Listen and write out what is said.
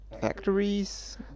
Factories